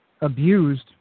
abused